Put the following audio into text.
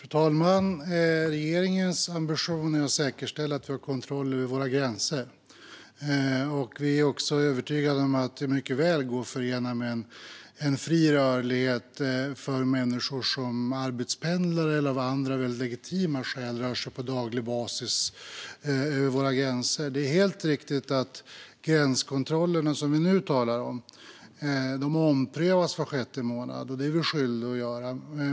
Fru talman! Regeringens ambition är att säkerställa att vi har kontroll över våra gränser. Vi är också övertygade om att det här mycket väl går att förena med en fri rörlighet för människor som arbetspendlar eller av andra väldigt legitima skäl rör sig över våra gränser på daglig basis. Det är helt riktigt att gränskontrollerna som vi nu talar om omprövas var sjätte månad. Det är vi skyldiga att göra.